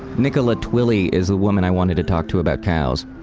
nicola twilley is the woman i wanted to talk to about cows.